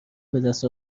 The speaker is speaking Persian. بدست